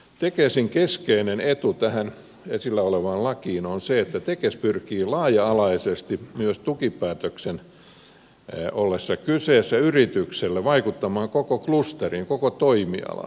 tekesin keskeinen etu tähän esillä olevaan lakiin liittyen on se että tekes pyrkii laaja alaisesti myös yrityksen tukipäätöksen ollessa kyseessä vaikuttamaan koko klusteriin koko toimialaan